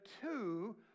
two